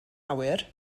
awyr